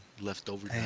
Leftover